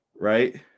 Right